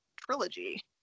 trilogy